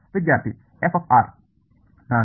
ವಿದ್ಯಾರ್ಥಿ F R f